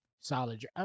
solid